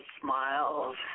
smiles